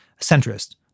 centrist